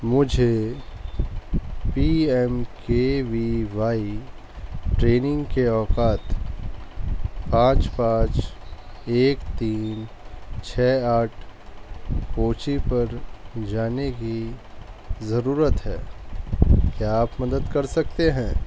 مجھے P M K V Y training کے اوقات پانچ پانچ ایک تین چھ آٹھ کوچی پر جانے کی ضرورت ہے کیا آپ مدد کر سکتے ہیں